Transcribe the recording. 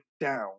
down